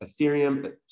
Ethereum